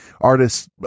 artist's